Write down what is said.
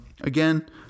again